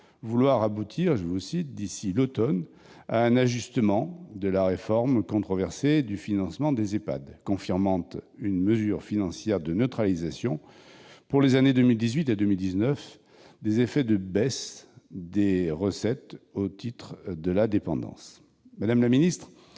vouloir aboutir d'ici à l'automne à un ajustement de la réforme controversée du financement des EHPAD. Vous avez également confirmé une mesure financière : la neutralisation, pour les années 2018 et 2019, des effets de baisse de recettes au titre de la dépendance. Madame la ministre,